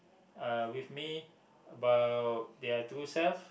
uh with me about their true self